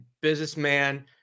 businessman